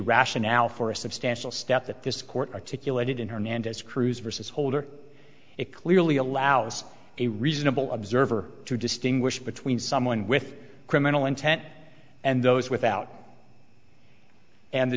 rationale for a substantial step that this court articulated in hernandez cruz versus holder it clearly allows a reasonable observer to distinguish between someone with criminal intent and those without and the